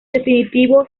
definitivo